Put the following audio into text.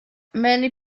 many